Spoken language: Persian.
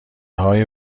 های